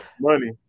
money